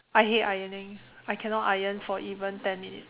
I hate ironing I cannot iron for even ten minutes